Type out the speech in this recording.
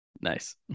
nice